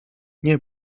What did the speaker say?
nie